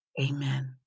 Amen